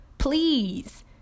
please